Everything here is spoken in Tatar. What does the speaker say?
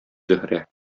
зөһрә